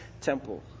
temple